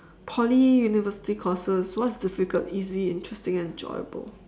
poly university courses what's difficult easy interesting enjoyable